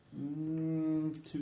Two